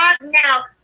now